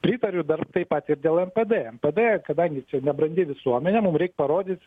pritariu dar ir taip pat ir dėl npd npd kadangi čia nebrandi visuomenė mum reik parodyt